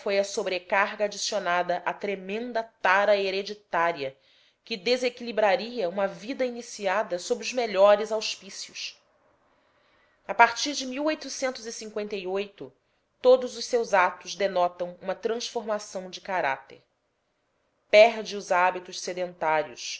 a sobrecarga adicionada à tremenda tara hereditária que desequilibraria uma vida iniciada sob os melhores auspícios a partir de todos os seus atos denotam uma transformação de caráter perde os hábitos sedentários